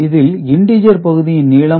இதில் இண்டீஜர் பகுதியின் நீளம